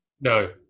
No